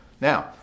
Now